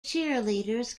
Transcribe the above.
cheerleaders